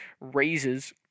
raises